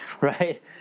Right